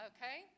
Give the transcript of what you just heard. Okay